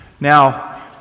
Now